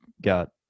got